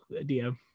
DM